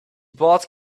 bought